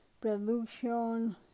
production